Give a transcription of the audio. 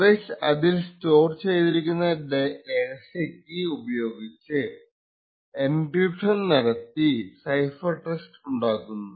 device അതിൽ store ചെയ്തിരിക്കുന്ന രഹസ്യ കീ ഉപയോഗിച്ച് എൻക്രിപ്ഷൻ നടത്തി സൈഫർ ടെക്സ്റ്റ് ഉണ്ടാക്കുന്നു